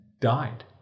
died